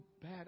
bad